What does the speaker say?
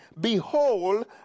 Behold